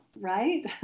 right